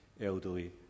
elderly